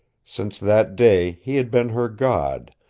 since that day he had been her god,